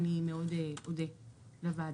אני מאוד אודה לוועדה.